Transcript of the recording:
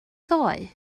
ddoe